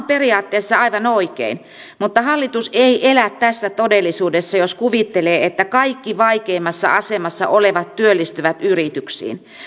periaatteessa aivan oikein mutta hallitus ei elä tässä todellisuudessa jos kuvittelee että kaikki vaikeimmassa asemassa olevat työllistyvät yrityksiin